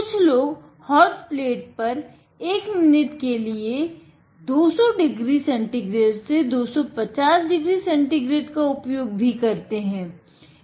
कुछ लोग hot plate पे एक मिनट के लिए 200 डिग्री सेंटीग्रेड से 250 डिग्री सेंटीग्रेड का उपयोग भी करते हैं